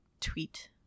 tweet